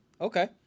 okay